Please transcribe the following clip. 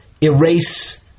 erase